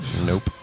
Nope